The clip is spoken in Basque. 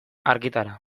argitara